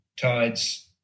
tides